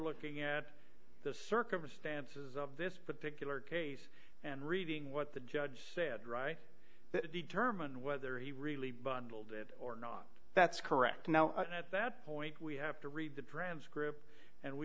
looking at the circumstances of this particular case and reading what the judge said right to determine whether he really bundled it or not that's correct now and at that point we have to read the transcript and